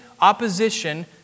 opposition